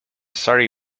surrey